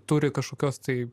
turi kažkokios tai